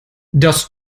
das